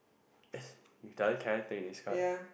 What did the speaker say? you done can I take this card